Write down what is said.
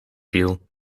viel